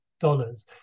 dollars